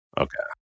okay